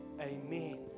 amen